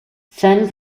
fenn